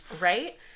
Right